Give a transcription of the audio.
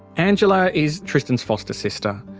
angela is tristan's foster sister,